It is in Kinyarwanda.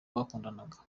bakundanaga